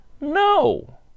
No